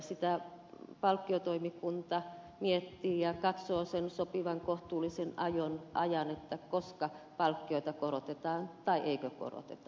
sitä palkkiotoimikunta miettii ja katsoo sen sopivan kohtuullisen ajan koska palkkioita korotetaan tai eikö koroteta